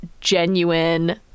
genuine